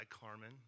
Carmen